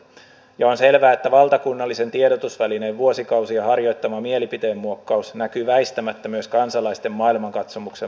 ja on selvää että valtakunnallisen tiedotusvälineen vuosikausia harjoittama mielipiteenmuokkaus näkyy väistämättä myös kansalaisten maailmankatsomuksen muutoksena